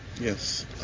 Yes